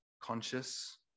conscious